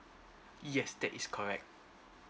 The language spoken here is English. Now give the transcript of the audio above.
yes that is correct